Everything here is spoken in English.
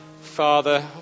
Father